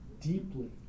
deeply